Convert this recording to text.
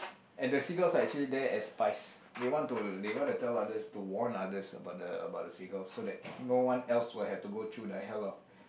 and the seagulls are actually there as spies they want to they wanna tell others to warn others about the about the seagulls so that no one else will have to go through the hell of